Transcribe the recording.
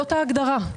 זו ההגדרה.